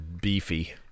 beefy